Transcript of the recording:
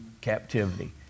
captivity